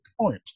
point